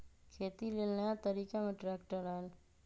खेती लेल नया तरिका में ट्रैक्टर आयल